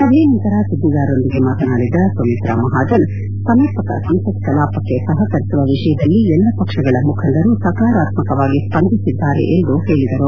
ಸಭೆಯ ನಂತರ ಸುದ್ದಿಗಾರರೊಂದಿಗೆ ಮಾತನಾಡಿದ ಸುಮಿತ್ತಾ ಮಹಾಜನ್ ಸಮರ್ಪಕ ಸಂಸತ್ ಕಲಾಪಕ್ಕೆ ಸಹಕರಿಸುವ ವಿಷಯದಲ್ಲಿ ಎಲ್ಲಾ ಪಕ್ಷಗಳ ಮುಖಂಡರು ಸಕಾರಾತ್ಮಕವಾಗಿ ಸ್ಪಂದಿಸಿದ್ದಾರೆ ಎಂದು ಹೇಳಿದ್ದಾರೆ